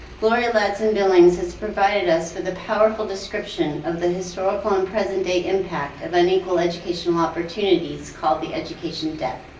gloria ladson-billings has provided us with a powerful description of the historical and present day impact of unequal educational opportunities called the education debt.